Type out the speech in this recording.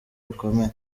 bukomeye